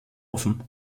offen